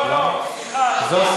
לא, לא, סליחה, לא.